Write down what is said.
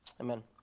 amen